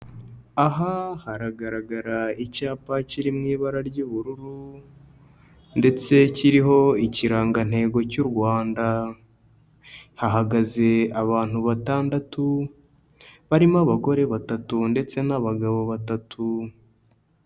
Aha haragaragara icyapa kiri mu ibara ry'ubururu ndetse kiriho ikirangantego cy'u Rwanda, hahagaze abantu batandatu, barimo abagore batatu ndetse n'abagabo batatu.